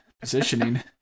positioning